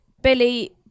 Billy